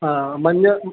ആ മഞ്ഞ